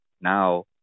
now